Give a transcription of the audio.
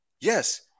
yes